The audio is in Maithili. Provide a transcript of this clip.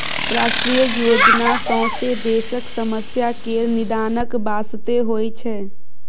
राष्ट्रीय योजना सौंसे देशक समस्या केर निदानक बास्ते होइ छै